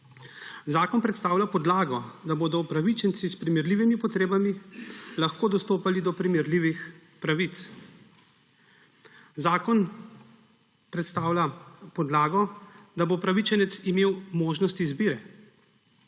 Zakon predstavlja podlago, da bodo upravičenci s primerljivimi potrebami lahko dostopali do primerljivih pravic. Zakon predstavlja podlago, da bo upravičenec imel možnost izbire,